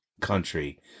country